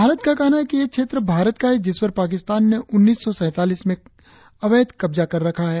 भारत का कहना है कि ये क्षेत्र भारत का है जिस पर पाकिस्तान ने उन्नीस सौ सैतालीस से अवैध कब्जा कर रखा है